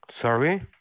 Sorry